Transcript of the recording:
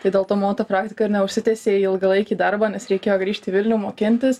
tai dėl to mano ta praktika ir neužsitęsė į ilgalaikį darbą nes reikėjo grįžt į vilnių mokintis